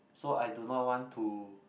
so I do not want to